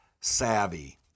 Savvy